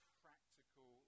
practical